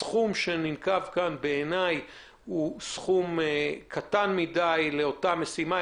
הסכום שננקב כאן הוא קטן מדי בעיני עבור אותה המשימה,